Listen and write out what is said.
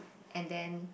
and then